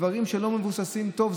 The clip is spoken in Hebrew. דברים שלא מבוססים טוב,